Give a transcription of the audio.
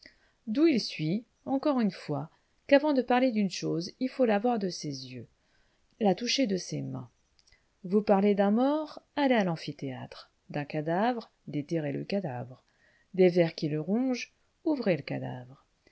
d'où il suit encore une fois qu'avant de parler d'une chose il faut la voir de ses yeux la toucher de ses mains vous parlez d'un mort allez à l'amphithéâtre d'un cadavre déterrez le cadavre des vers qui le rongent ouvrez le cadavre